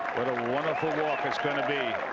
what a wonderful walk it's going to be.